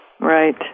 Right